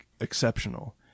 exceptional